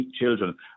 children